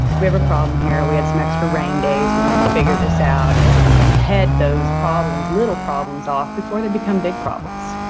we have a problem here. we had some extra rain days. we need to figure this out. and and head those problems little problems off before they become big problems.